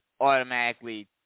automatically